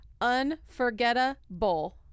unforgettable